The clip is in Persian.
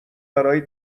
برای